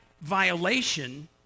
violation